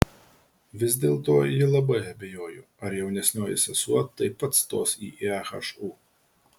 vis dėlto ji labai abejojo ar jaunesnioji sesuo taip pat stos į ehu